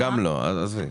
גם לא, עזבי.